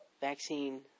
vaccine